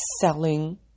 selling